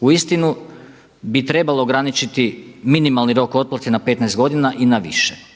uistinu bi trebalo ograničiti minimalni rok otplate na 15 godina i na više.